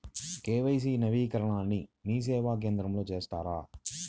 KYC నవీకరణని మీసేవా కేంద్రం లో చేస్తారా?